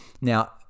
Now